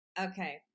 Okay